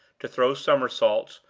to throw somersaults,